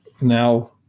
now